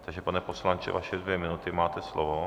Takže pane poslanče, vaše dvě minuty, máte slovo.